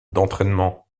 d’entraînement